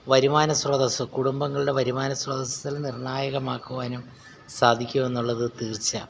വരുമാനസ്രോതസ്സ് കുടുംബങ്ങളുടെ വരുമാനസ്രോതസ്സിൽ നിർണ്ണായകമാക്കുവാനും സാധിക്കും എന്നുള്ളത് തീർച്ച